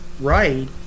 right